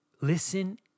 listen